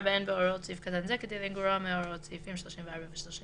(4)אין בהוראות סעיף קטן זה כדי לגרוע מהוראות סעיפים 34 ו-35.